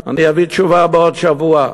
אני אביא תשובה בעוד שבוע.